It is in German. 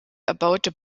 erbaute